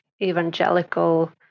evangelical